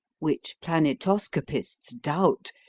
which planetoscopists doubt,